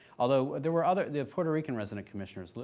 although there were other, the puerto rican resident commissioners,